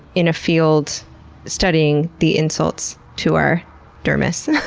in a field studying the insults to our dermis?